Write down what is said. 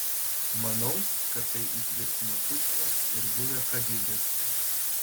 manau kad tai įtvirtino putinas ir buvę kagėbistai